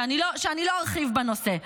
שאני לא ארחיב בנושא.